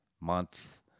month